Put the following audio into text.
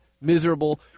miserable